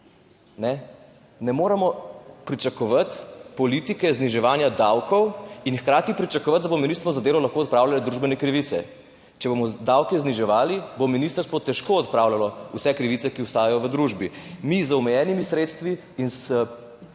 Ne moremo pričakovati zniževanja davkov in hkrati pričakovati, da bo Ministrstvo za delo lahko odpravljalo družbene krivice. Če bomo davke zniževali, bo ministrstvo težko odpravljalo vse krivice, ki obstajajo v družbi. Mi z omejenimi sredstvi in z